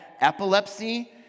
epilepsy